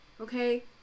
Okay